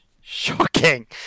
shocking